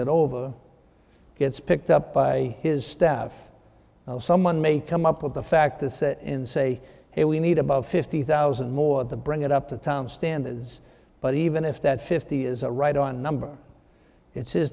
it over gets picked up by his staff someone may come up with the fact to set and say hey we need about fifty thousand more the bring it up to town standards but even if that fifty is a right on number it